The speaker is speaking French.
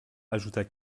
ajouta